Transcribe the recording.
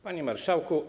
Panie Marszałku!